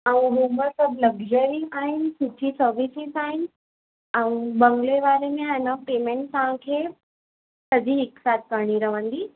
ऐं रूम सभु लक्ज़री आहिनि सुठी सवी सिधा आहिनि ऐं बंगले वारे में अहिनि पेमेंट तव्हांखे सजी हिक साथ करिणी रहंदी